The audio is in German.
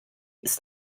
ist